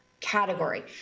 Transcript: category